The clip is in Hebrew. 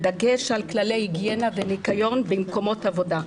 בדגש על כללי הגיינה ונקיון במקומות עבודה.